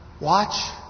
Watch